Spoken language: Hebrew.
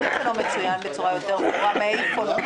למה זה לא מצוין בצורה ברורה מאיפה לוקחים?